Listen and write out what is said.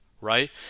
right